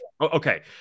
Okay